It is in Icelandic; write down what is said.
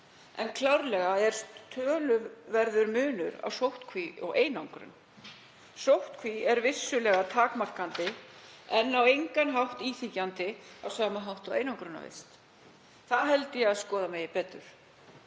Klárlega er töluverður munur á sóttkví og einangrun. Sóttkví er vissulega takmarkandi en á engan hátt íþyngjandi á sama hátt og einangrunarvist. Ég held að það megi skoða betur.